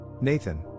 Nathan